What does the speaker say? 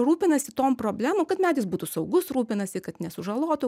rūpinasi tom problemom kad medis būtų saugus rūpinasi kad nesužalotų